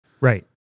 Right